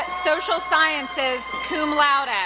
social sciences, cum laude.